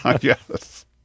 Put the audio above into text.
Yes